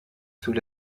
sous